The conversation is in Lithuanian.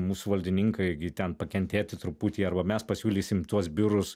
mūsų valdininkai gi ten pakentėti truputį arba mes pasiūlysim tuos biurus